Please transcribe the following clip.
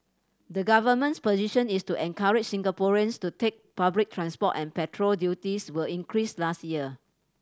the government's position is to encourage Singaporeans to take public transport and petrol duties were increased last year